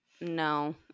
No